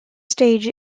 stage